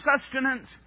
sustenance